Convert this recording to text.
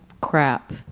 crap